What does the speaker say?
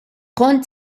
kont